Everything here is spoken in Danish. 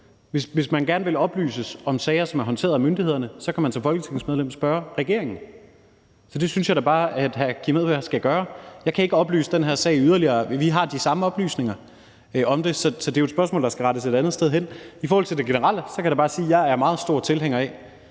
Hvis man gerne vil oplyses om sager, som er håndteret af myndighederne, kan man som folketingsmedlem spørge regeringen. Så det synes jeg da bare at hr. Kim Edberg Andersen skal gøre. Jeg kan ikke oplyse den her sag yderligere. Vi har de samme oplysninger om det, så det er jo et spørgsmål, der skal rettes et andet sted hen. I forhold til det generelle kan jeg bare sige, at jeg er meget stor tilhænger af,